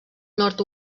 nord